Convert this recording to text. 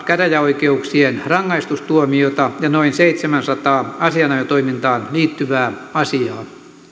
käräjäoikeuksien rangaistustuomiota ja noin seitsemäänsataan asianajotoimintaan liittyvää asiaa